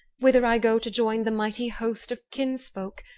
whither i go to join the mighty host of kinsfolk,